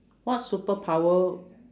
what superpower